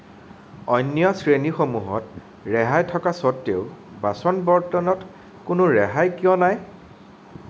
অন্য শ্ৰেণীসমূহত ৰেহাই থকা স্বত্তেও বাচন বৰ্তনত কোনো ৰেহাই কিয় নাই